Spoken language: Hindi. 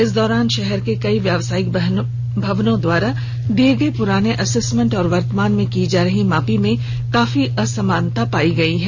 इस दौरान शहर के कई व्यवसायिक भवनों के द्वारा दिए गए प्राने असेस्मेंट और वर्तमान में की जा रही मापी में काफी असमानता पाई गई है